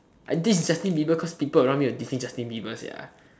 I diss Justin Bieber cause people around me were dissing Justin Bieber sia